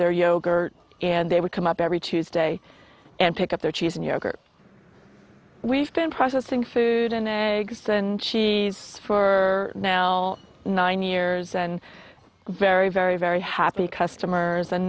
their yogurt and they would come up every tuesday and pick up their cheese and yogurt we've been processing food and eggs and cheese for now nine years and very very very happy customers and